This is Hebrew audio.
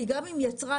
כי יצרן,